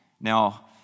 Now